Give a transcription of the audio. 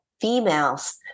females